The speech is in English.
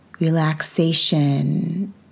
relaxation